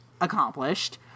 accomplished